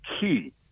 key